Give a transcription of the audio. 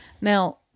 Now